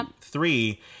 three